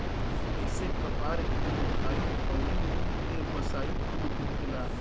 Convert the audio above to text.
एसे कपार के दुखाइल अउरी मुंह के बसाइल दूर होखेला